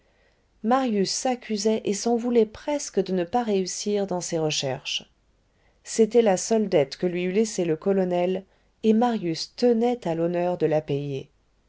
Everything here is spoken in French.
marius s'accusait et s'en voulait presque de ne pas réussir dans ses recherches c'était la seule dette que lui eût laissée le colonel et marius tenait à honneur de la payer